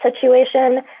situation